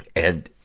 and,